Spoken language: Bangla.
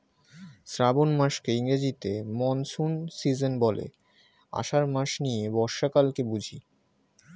শ্রাবন মাসকে ইংরেজিতে মনসুন সীজন বলে, আষাঢ় মাস নিয়ে বর্ষাকালকে বুঝি